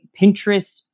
Pinterest